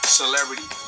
celebrity